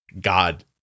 God